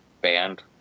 band